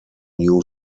new